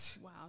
Wow